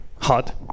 hot